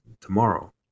tomorrow